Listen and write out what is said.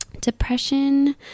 depression